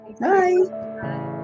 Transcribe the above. Bye